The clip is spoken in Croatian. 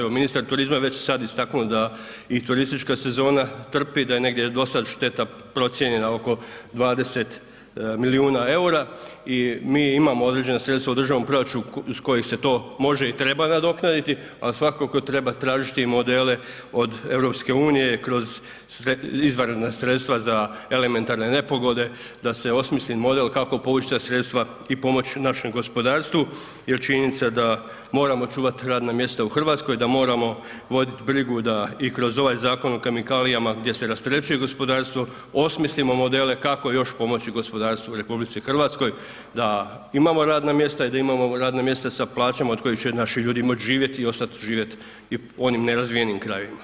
Evo ministar turizma je sad već istaknuo da i turistička sezona trpi da je negdje do sada šteta procijenjena oko 20 milijuna EUR-a i mi imamo određena sredstva u državnom proračunu iz kojih se to može i treba nadoknaditi ali svakako treba tražiti i modele od EU kroz izvanredna sredstva za elementarne nepogode da se osmisli model kako povući ta sredstva i pomoći našem gospodarstvu jer činjenica da moramo čuvati radna mjesta u Hrvatskoj, da moramo vodit brigu da i kroz ovaj Zakon o kemikalijama gdje se rasterećuje gospodarstvo osmislimo modele kako još pomoći gospodarstvu u RH da imamo radna mjesta i da imamo radna mjesta sa plaćama od kojih će naši ljudi moći živjeti i ostat živjeti i u onim nerazvijenim krajevima.